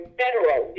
federal